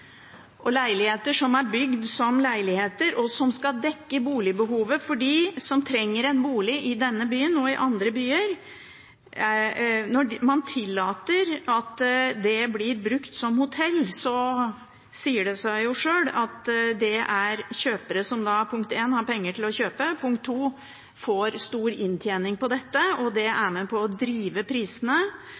at leiligheter som er bygd som leiligheter, og som skal dekke boligbehovet for dem som trenger en bolig i denne byen og i andre byer, blir brukt som hotell, sier det seg sjøl at det er kjøpere som 1) har penger til å kjøpe, og 2) får stor inntjening på dette. Det er med på å drive opp prisene, og det er med på å